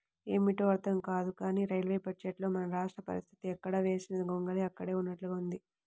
ఏమిటో అర్థం కాదు కానీ రైల్వే బడ్జెట్లో మన రాష్ట్ర పరిస్తితి ఎక్కడ వేసిన గొంగళి అక్కడే ఉన్నట్లుగా ఉంది